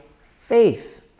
faith